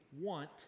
want